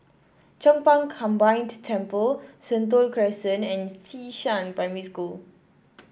Chong Pang Combined Temple Sentul Crescent and Xishan Primary School